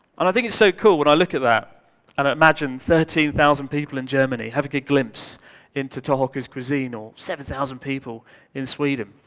and i think it's so cool when i look at that and i imagine thirteen thousand people in germany have a good glimpse into tohoku's cuisine, or seven thousand people in sweden.